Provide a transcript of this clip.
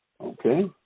okay